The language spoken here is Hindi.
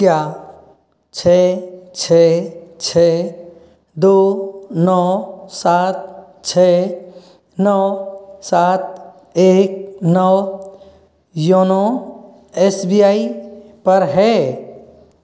क्या छः छः छः दौ नौ सात छः नौ सात एक नौ योनो एस बी आई पर है